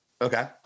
Okay